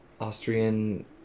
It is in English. Austrian